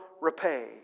repay